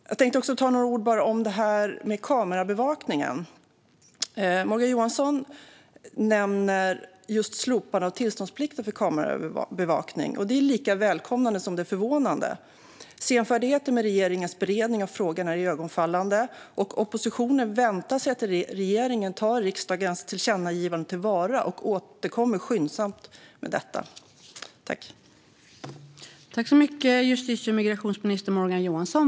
Jag vill också säga några ord om kamerabevakning. Morgan Johansson nämner just slopande av tillståndsplikt för kamerabevakning. Det är lika välkommet som förvånande. Regeringens senfärdighet när det gäller beredning av frågan är iögonfallande. Oppositionen väntar sig att regeringen tar vara på riksdagens tillkännagivanden och återkommer skyndsamt med detta.